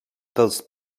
dels